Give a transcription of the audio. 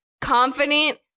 confident